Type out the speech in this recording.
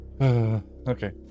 Okay